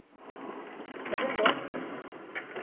ᱟᱹᱵᱤᱱ ᱫᱚ